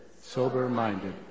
sober-minded